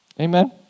Amen